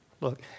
Look